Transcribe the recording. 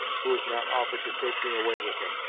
who has not offered to take me away with him,